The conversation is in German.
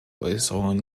äußerungen